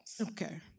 Okay